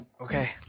Okay